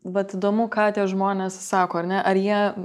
vat įdomu ką tie žmonės sako ar ne ar jie